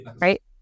Right